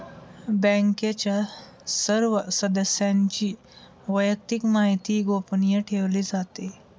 बँकेच्या सर्व सदस्यांची वैयक्तिक माहिती गोपनीय ठेवली जाते